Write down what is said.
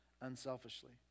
unselfishly